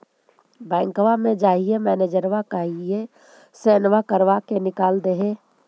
बैंकवा मे जाहिऐ मैनेजरवा कहहिऐ सैनवो करवा के निकाल देहै?